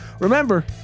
Remember